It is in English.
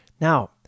Now